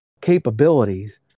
capabilities